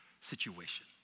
situation